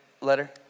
letter